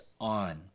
on